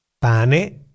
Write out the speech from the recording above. pane